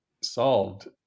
solved